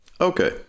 Okay